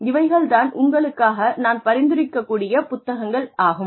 ஆகவே இவைகள் தான் உங்களுக்காக நான் பரிந்துரைக்க கூடிய புத்தகங்களாகும்